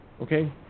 Okay